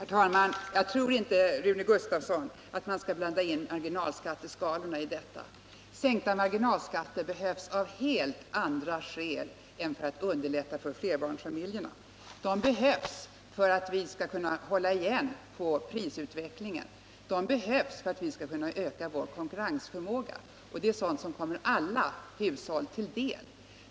Herr talman! Jag tror inte, Rune Gustavsson, att man skall blanda in marginalskatteskalorna i detta sammanhang. En sänkning av skatteskalorna behövs av helt andra skäl än för att underlätta för barnfamiljerna. Den behövs för att vi skall kunna hålla igen på prisutvecklingen och för att vi skall kunna öka vår konkurrensförmåga, och det är sådant som kommer alla hushåll till del.